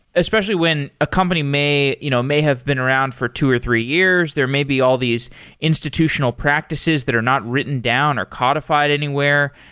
especially when a company may you know may have been around for two or three years. there may be all these institutional practices that are not written down or codified anywhere.